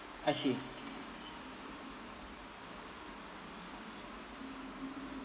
I see